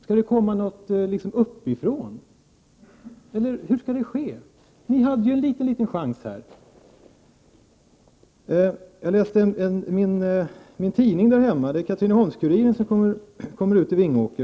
Skall det liksom komma någonting uppifrån eller hur skall det ske? Ni hade ju en liten chans här. Jag läste i tidningen där hemma — det är Katrineholms-Kuriren som vi har i Vingåker.